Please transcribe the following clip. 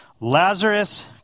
Lazarus